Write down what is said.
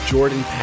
Jordan